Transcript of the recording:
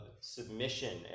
submission